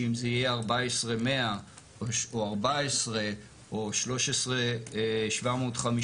שאם זה יהיה 14,100 או 14,000 או 13,750,